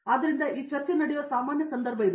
ಆದ್ದರಿಂದ ಈ ಚರ್ಚೆ ನಡೆಯುವ ಸಾಮಾನ್ಯ ಸಂದರ್ಭ ಇದು